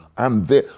i'm there.